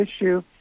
issue